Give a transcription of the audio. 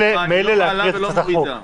מילא לקרוא את הצעת החוק,